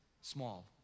small